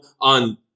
on